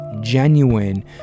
genuine